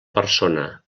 persona